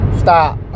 stop